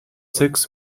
six